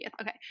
okay